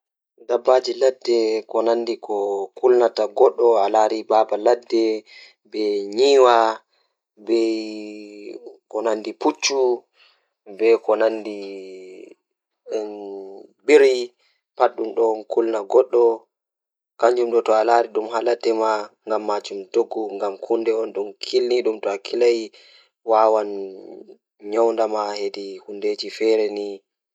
Ko ɗiɗi fow ngir miijooji ɓe njangol no ndaarndu e fiya fow ko njibbuttu. Ko fiye njangol nyannde hiɗe kanko, ɓe njangol ko faŋka.